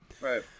right